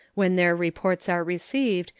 when their reports are received,